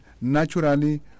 naturally